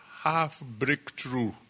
half-breakthrough